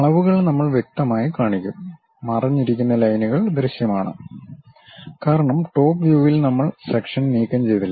അളവുകൾ നമ്മൾ വ്യക്തമായി കാണിക്കും മറഞ്ഞിരിക്കുന്ന ലൈനുകൾ ദൃശ്യമാണ് കാരണം ടോപ് വ്യൂവിൽ നമ്മൾ സെക്ഷൻ നീക്കംചെയ്തില്ല